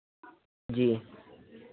जी